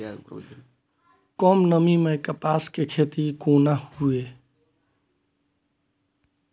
कम नमी मैं कपास के खेती कोना हुऐ?